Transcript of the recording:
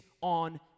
on